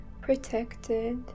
protected